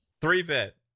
Three-bit